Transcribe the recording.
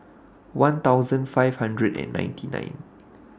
one thousand five hundred and ninety nine